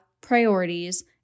priorities